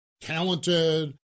talented